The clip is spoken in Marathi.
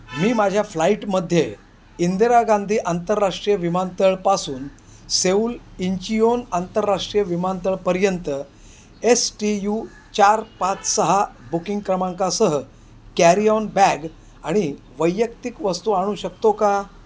मी माझ्या फ्लाईटमध्ये इंदिरा गांधी आंतरराष्ट्रीय विमानतळापासून सेऊल इंचिओन आंतरराष्ट्रीय विमानतळापर्यंत एस टी यू चार पाच सहा बुकिंग क्रमांकासह कॅरी ऑन बॅग आणि वैयक्तिक वस्तू आणू शकतो का